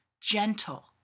gentle